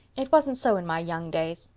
it wasn't so in my young days.